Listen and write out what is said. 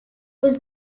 was